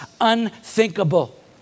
unthinkable